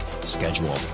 schedule